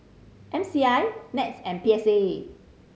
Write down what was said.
M C I NETS and P S A